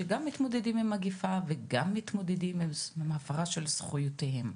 שגם מתמודדים עם המגיפה וגם מתמודדים עם הפרה של זכויותיהם.